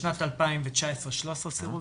לאישורי משטרה בשנת 2019 היו 13 סירובים,